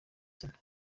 sena